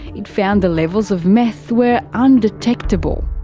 it found the levels of meth were undetectable.